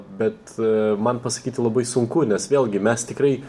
bet man pasakyti labai sunku nes vėlgi mes tikrai